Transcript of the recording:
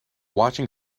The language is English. watching